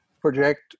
project